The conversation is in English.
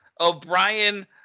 O'Brien